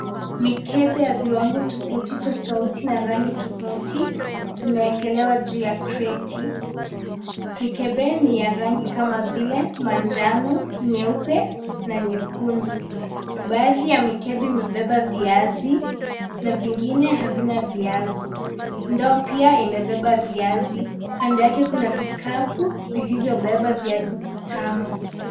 Mikebe ya viwango tofautitofauti na rangi tofauti zimeekelewa juu ya kreti mikebe ni ya rangi kama vile manjano nyeupe na nyekundu baadhi ya mikebe imebeba viazi na vingine havina viazi ndoo pia imebeba viazi kando yake kuna vikabu vilivyo beba viazi vitamu.